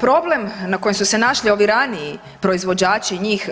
Problem na kojem su se našli ovi raniji proizvođači njih